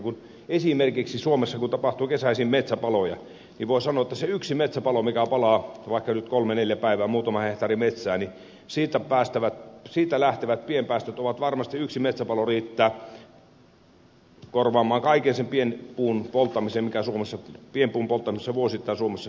kun esimerkiksi suomessa tapahtuu kesäisin metsäpaloja niin voi sanoa että siitä yhdestä metsäpalosta mikä palaa vaikka nyt kolme neljä päivää palaa muutama hehtaari metsää lähtevät pienpäästöt ovat varmasti niin suuret että se yksi metsäpalo riittää kattamaan kaiken sen pienhiukkasmäärän mikä suomessa pienpuun polttamisessa vuosittain syntyy